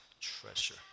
treasure